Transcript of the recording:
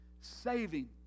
saving